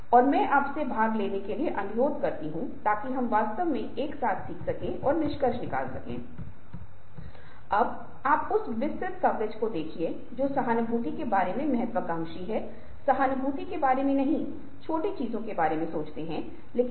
पहले के व्याख्यान में फिर से बोलने के संदर्भ में और साथ ही यहाँ मैंने आपको बताया है कि जिस भाषा में आप बोलते हैं वह बहुत महत्वपूर्ण है मेरा मतलब उस शिष्टाचार से नहीं है जिसका आप वास्तव में पालन करते हैं लेकिन जिस भाषा में मैं संवाद कर रहा हूँ वह भाषा कुछ चीजें जैसे चिंता समझ रुचि और कुछ अन्य चीजों को व्यक्त करने में सक्षम होनी चाहिए